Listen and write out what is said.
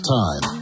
time